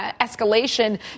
escalation